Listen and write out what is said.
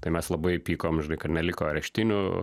tai mes labai pykom žinai kad neliko areštinių